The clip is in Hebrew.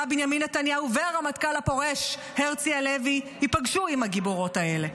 בנימין נתניהו והרמטכ"ל הפורש הרצי הלוי ייפגשו עם הגיבורות האלה,